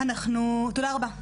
תודה רבה.